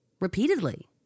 repeatedly